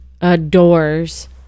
adores